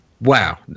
Wow